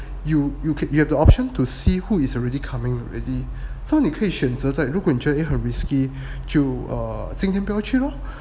you you can~ you have the option to see who is already coming already so 你可以选择在如果你觉得很 risky 就 err 今天不要去 lor